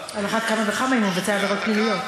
על אחת כמה וכמה אם הוא מבצע עבירות פליליות.